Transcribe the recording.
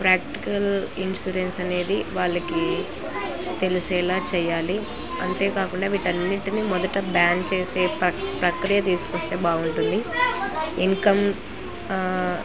practical insurance అనేది వాళ్ళకి తెలిసేలాగ చేయాలి అంతేకాకుండా వీటి అన్నింటినీ మొదట బ్యాన్ చేసే ప్ర ప్రక్రియ తీసుకు వస్తే బాగుంటుంది ఇన్కమ్